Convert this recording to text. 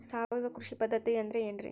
ಸಾವಯವ ಕೃಷಿ ಪದ್ಧತಿ ಅಂದ್ರೆ ಏನ್ರಿ?